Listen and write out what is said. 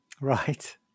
right